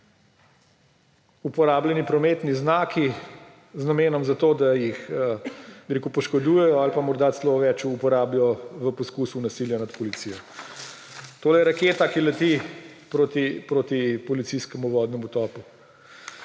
uporabljeni prometni znaki z namenom, da jih, bi rekel, poškodujejo ali pa morda celo več – uporabijo v poskusu nasilja nad policijo. Tole je raketa, ki leti proti policijskemu vodnemu topu.